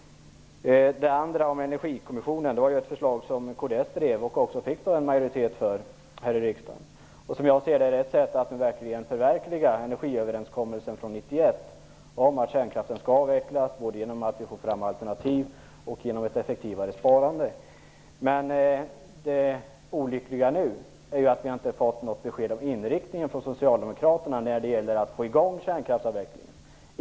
Förslaget om energikommissionen drevs av kds, och vi fick även en majoritet för det här i riksdagen. Som jag ser det är det ett sätt att verkligen förverkliga energiöverenskommelsen från 1991 om att kärnkraften skall avvecklas både genom att vi får fram alternativ och genom effektivare sparande. Det olyckliga nu är att vi inte har fått något besked om inriktningen från Socialdemokraterna när det gäller att få i gång kärnkraftsavvecklingen.